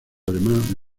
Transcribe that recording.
alemán